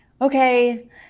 okay